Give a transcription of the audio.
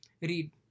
read